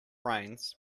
rains